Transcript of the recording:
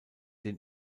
den